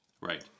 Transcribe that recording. Right